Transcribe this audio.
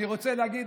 אני רוצה להגיד,